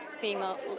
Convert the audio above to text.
female